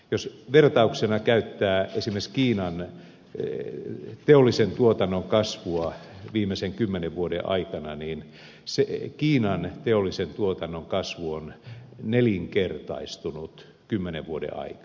jos vertauksena käyttää esimerkiksi kiinan teollisen tuotannon kasvua viimeisen kymmenen vuoden aikana niin kiinan teollisen tuotannon kasvu on nelinkertaistunut kymmenen vuoden aikana